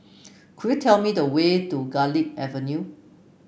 could you tell me the way to Garlick Avenue